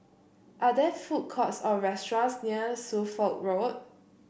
are there food courts or restaurants near Suffolk Road